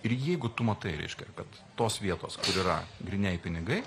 ir jeigu tu matai reiškia kad tos vietos kur yra grynieji pinigai